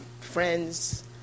friends